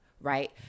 right